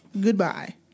Goodbye